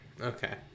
Okay